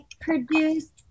produced